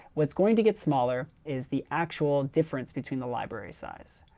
what's going to get smaller is the actual difference between the library size.